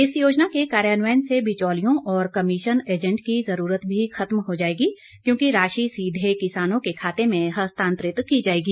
इस योजना के कार्यान्वयन से बिचौलियों और कमीशन एजेंट की जरूरत भी खत्म हो जाएगी क्योंकि राशि सीधे किसानों के खाते में हस्तांतरित की जाएगी